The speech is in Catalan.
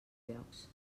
llocs